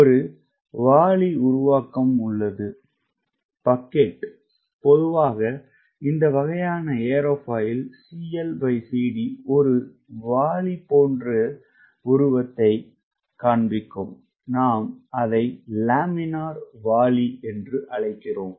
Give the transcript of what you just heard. ஒரு வாளி உருவாக்கம் உள்ளது பொதுவாக இந்த வகையான ஏரோஃபாயில் CLCD ஒரு வாளியைக் காண்பிக்கும் அதை நாம் லேமினார் வாளி என்று அழைக்கிறோம்